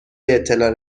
اطلاع